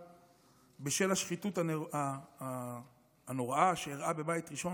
בשל השחיתות הנוראה שאירעה בבית ראשון,